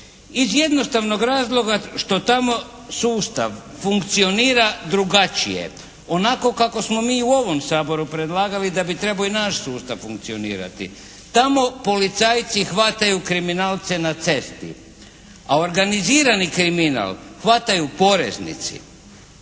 iz jednostavnog razloga što tamo sustav funkcionira drugačije, onako kako smo mi u ovom Saboru predlagali da bi trebao i naš sustav funkcionirati. Tamo policajci hvataju kriminalce na cesti, a organizirani kriminal hvataju poreznici.